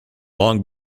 long